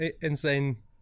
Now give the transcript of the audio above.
insane